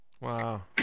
Wow